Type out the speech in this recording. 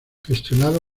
gestionado